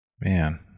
Man